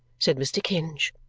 said mr. kenge.